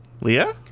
Leah